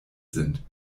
sind